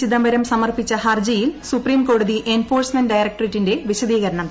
ചിദംബരം സമർപ്പിച്ച ഹർജിയിൽ സുപ്രീംകോടതി എൻഫോഴ്സ്മെന്റ് ഡയറക്ട്രേറ്റിന്റെ വിശദീകരണം തേടി